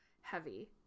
heavy